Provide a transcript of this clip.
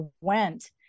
went